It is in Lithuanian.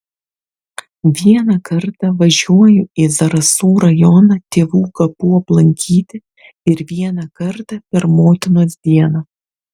vieną kartą važiuoju į zarasų rajoną tėvų kapų aplankyti ir vieną kartą per motinos dieną